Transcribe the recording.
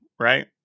Right